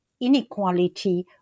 inequality